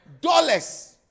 dollars